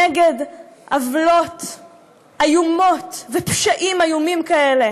נגד עוולות איומות ופשעים איומים כאלה